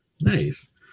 nice